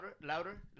louder